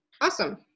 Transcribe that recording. awesome